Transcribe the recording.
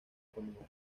comida